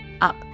up